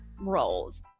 roles